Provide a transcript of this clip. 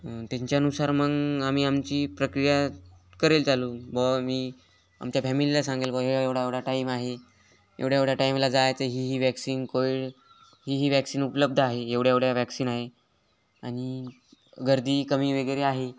त्यांच्यानुसार मग आम्ही आमची प्रक्रिया करेल चालू बुवा मी आमच्या फॅमिलीला सांगेल बुवा हे एवढा एवढा टाईम आहे एवढ्या एवढ्या टाईमला जायचं ही ही वॅक्सिन कोविड ही ही वॅक्सिन उपलब्ध आहे एवढ्या एवढ्या वॅक्सिन आहे आणि गर्दी कमी वगैरे आहे